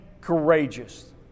courageous